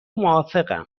موافقم